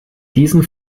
diesen